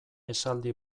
esaldi